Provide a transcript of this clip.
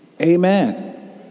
Amen